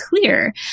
clear